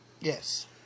Yes